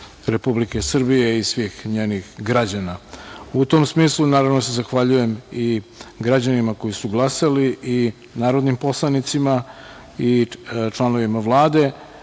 Republike Srbije i svih njenih građana. Naravno, zahvaljujem se građanima koji su glasali, narodnih poslanicima i članovima Vlade